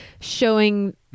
showing